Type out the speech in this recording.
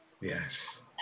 yes